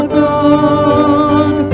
good